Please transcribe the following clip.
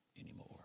anymore